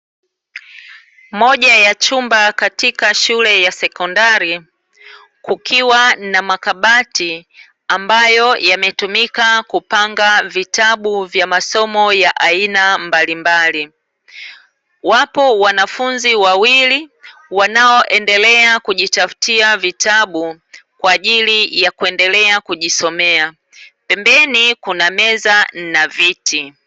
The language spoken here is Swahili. Moja ya chumba katika shule ya sekondari, kukiwa na makabati ambayo yametumika kupanga vitabu vya masomo ya aina mbalimbali. Wapo wanafunzi wawili wanaoendelea kujitafutia vitabu kwa ajili ya kuendelea kujisomea. Pembeni kunameza na viti.